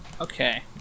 Okay